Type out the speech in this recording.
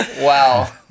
wow